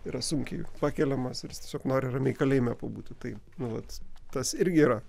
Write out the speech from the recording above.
yra sunkiai pakeliamas ir jis tiesiog nori ramiai kalėjime pabūti tai nu vat tas irgi yra